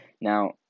Now